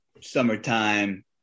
summertime